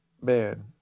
man